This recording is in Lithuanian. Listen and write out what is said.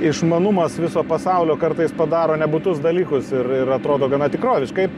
išmanumas viso pasaulio kartais padaro nebūtus dalykus ir ir atrodo gana tikroviškai